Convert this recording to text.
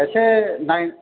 एसे नाय